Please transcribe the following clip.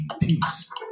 peace